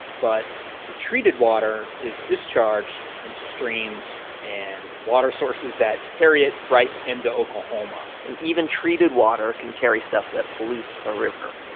but the treated water is discharged into streams and water sources that carry it right into oklahoma and even treated water can carry stuff that pollutes a river